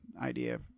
idea